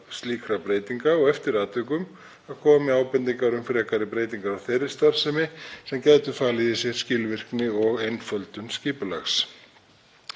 slíkra breytinga og eftir atvikum að koma með ábendingar um frekari breytingar á þeirri starfsemi sem gætu falið í sér skilvirkni og einföldun skipulags.